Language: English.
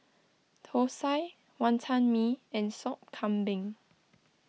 Thosai Wantan Mee and Sop Kambing